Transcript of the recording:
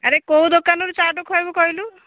ଆରେ କେଉଁ ଦୋକାନରୁ ଚାଟ୍ ଖୁଆଇବୁ କହିଲୁ